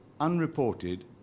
unreported